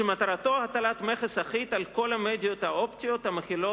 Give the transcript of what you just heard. שמטרתו הטלת מכס אחיד על כל המדיות האופטיות המכילות